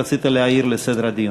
רצית להעיר לסדר הדיון.